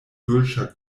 dolĉa